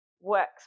works